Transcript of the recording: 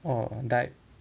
oh dive